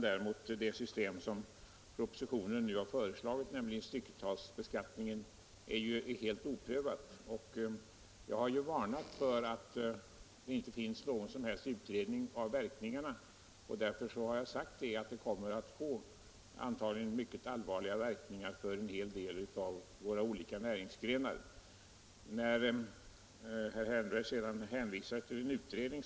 Däremot är det system som propositionen nu har föreslagit, nämligen stycketalsbeskattning, helt oprövat. Jag har varnat för att det inte finns någon som helst utredning av verkningarna. Därför har jag sagt att det antagligen kommer att få mycket allvarliga verkningar för en hel del av våra olika näringsgrenar. Herr Wärnberg hänvisar till en utredning.